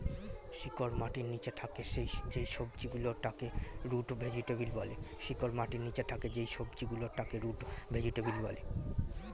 শিকড় মাটির নিচে থাকে যেই সবজি গুলোর তাকে রুট ভেজিটেবল বলে